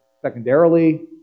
secondarily